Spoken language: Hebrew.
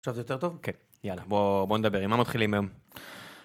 עכשיו יותר טוב? כן, יאללה, בוא נדבר. עם מה מתחילים היום?